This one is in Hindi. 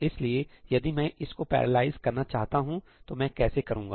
इसलिए यदि मैं इसको पैरालाइज करना चाहता हूं तो मैं कैसे करूंगा